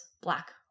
black